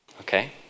Okay